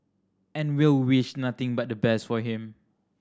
and we'll wish nothing but the best for him